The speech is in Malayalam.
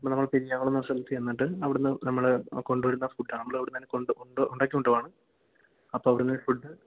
പിന്നെ നമ്മൾ പെരിയാകുളം എന്ന സ്ഥലത്തു ചെന്നിട്ട് അവിടെന്ന് നമ്മൾ കൊണ്ട് വരുന്ന ഫുഡ്ഡാ നമ്മൾ ഇവിടുന്ന് തന്നെ കൊണ്ട് ഉണ്ട് ഉണ്ടാക്കി കൊണ്ടുവരുവാണ് അപ്പം അവിടുന്ന് ഫുഡ്ഡ്